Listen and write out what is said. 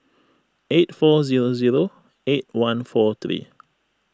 eight four zero zero eight one four three